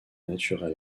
naturel